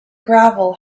gravel